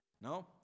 no